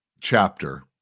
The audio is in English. chapter